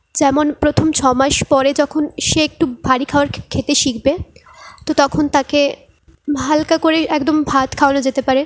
যেমন প্রথম ছ মাস পরে যখন সে একটু ভারি খাওয়ার খেতে শিখবে তো তখন তাকে হালকা করে একদম ভাত খাওয়ানো যেতে পারে